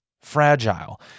fragile